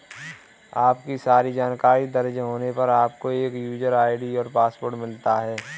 आपकी सारी जानकारी दर्ज होने पर, आपको एक यूजर आई.डी और पासवर्ड मिलता है